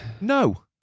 No